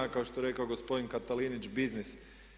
Kao što je rekao gospodin Katalinih biznis.